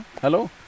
Hello